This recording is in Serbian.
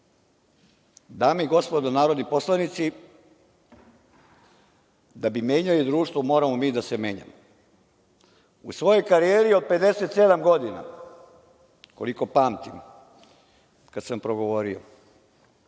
i gospodo narodni poslanici, da bi menjali društvo, moramo mi da se menjamo. U svojoj karijeri od 57 godina, koliko pamtim, kad sam progovorio,